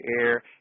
air